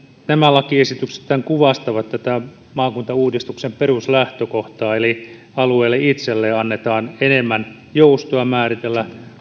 nämä lakiesityksethän kuvastavat tätä maakuntauudistuksen peruslähtökohtaa eli alueelle itselleen annetaan enemmän joustoa määritellä